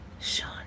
Sean